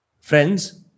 Friends